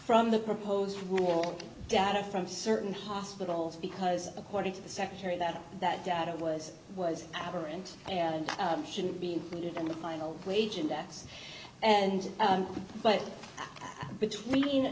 from the proposed rule data from certain hospitals because according to the secretary that that data was was never and shouldn't be included in the final wage index and but between